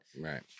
Right